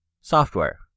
software